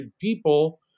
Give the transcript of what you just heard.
people